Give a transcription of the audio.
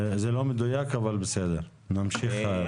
זה לא מדויק, אבל בסדר, נמשיך הלאה.